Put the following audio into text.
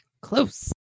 Close